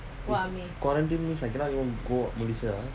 quarantine means I cannot even go malaysia